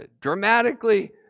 dramatically